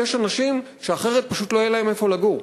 כי יש אנשים שאחרת פשוט לא יהיה להם איפה לגור.